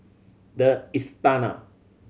The Istana